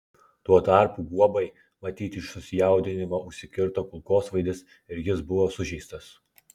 tuo tarpu guobai matyt iš susijaudinimo užsikirto kulkosvaidis ir jis buvo sužeistas